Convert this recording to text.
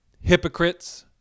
hypocrites